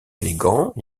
élégant